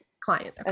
Client